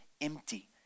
empty